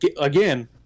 again